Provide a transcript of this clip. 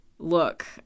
look